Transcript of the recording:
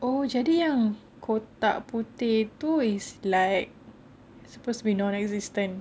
oh jadi yang kotak putih itu is like supposed to be like non-existent